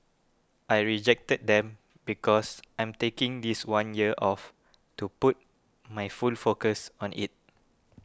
I rejected them because I'm taking this one year off to put my full focus on it